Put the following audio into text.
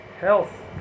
health